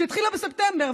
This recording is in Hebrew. שהתחילה בספטמבר,